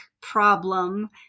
problem